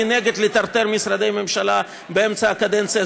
נגד לטרטר משרדי ממשלה באמצע הקדנציה.